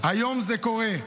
היום זה קורה.